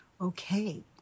Okay